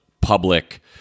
public